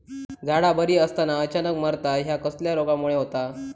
झाडा बरी असताना अचानक मरता हया कसल्या रोगामुळे होता?